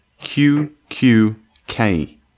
Q-Q-K